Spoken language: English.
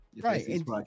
right